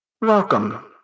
welcome